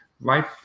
Life